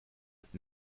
mit